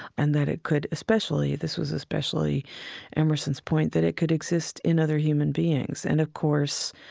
and that it could especially this was especially emerson's point that it could exist in other human beings and, of course,